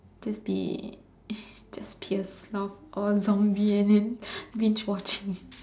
just be just be a sloth or a zombie and then binge watching